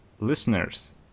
Listeners